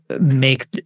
make